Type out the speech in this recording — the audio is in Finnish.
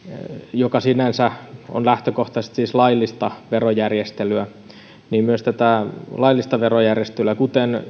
joka sinänsä on lähtökohtaisesti siis laillista verojärjestelyä myös tätä laillista verojärjestelyä kuten